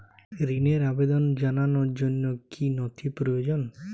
ঋনের আবেদন জানানোর জন্য কী কী নথি প্রয়োজন?